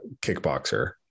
kickboxer